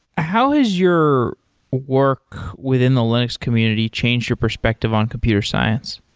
how has your work within the linux community changed your perspective on computer science?